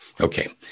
Okay